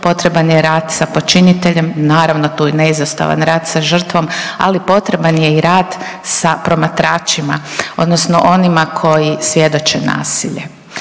potreban je rad sa počiniteljem, naravno tu je i neizostavan rad sa žrtvom, ali potreban je i rad sa promatračima odnosno onima koji svjedoče nasilje.